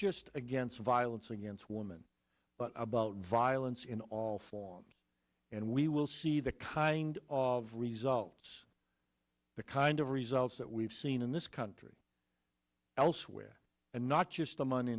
just against violence against women but about violence in all forms and we will see the kind of results the kind of results that we've seen in this country elsewhere and not just the money